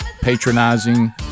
patronizing